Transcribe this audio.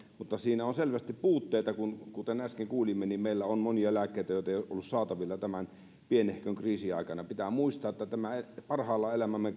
mutta siinä on selvästi puutteita kuten äsken kuulimme niin meillä on monia lääkkeitä joita ei ole ollut saatavilla tämän pienehkön kriisin aikana pitää muistaa että tämä parhaillaan elämämme